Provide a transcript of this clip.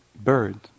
bird